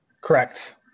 Correct